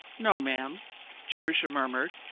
no, ma'am jerusha murmured,